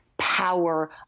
power